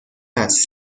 است